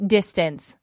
Distance